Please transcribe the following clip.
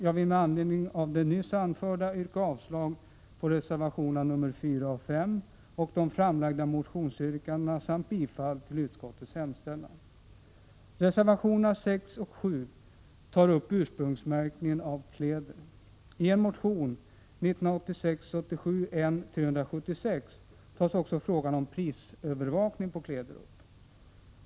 Jag vill med anledning av det nyss anförda yrka avslag på reservationerna 4 och 5 och på de framlagda motionsyrkandena samt bifall till utskottets hemställan. Reservationerna 6 och 7 tar upp ursprungsmärkningen av kläder. I en motion 1986/87:N376 tas också frågan om prisövervakning på kläder upp.